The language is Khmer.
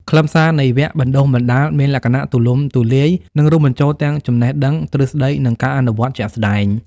ខ្លឹមសារនៃវគ្គបណ្តុះបណ្តាលមានលក្ខណៈទូលំទូលាយនិងរួមបញ្ចូលទាំងចំណេះដឹងទ្រឹស្តីនិងការអនុវត្តជាក់ស្តែង។